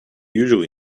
usually